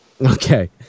Okay